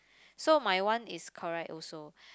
so my one is correct also